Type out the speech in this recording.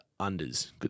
unders